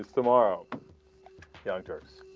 tomorrow characters